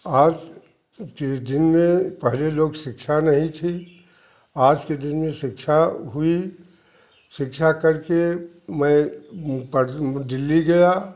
आज जिनने पहले लोग शिक्षा नहीं थी आज के दिन में शिक्षा हुई शिक्षा करके मैं पढ़ने मतलब दिल्ली गया